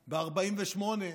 ב-48'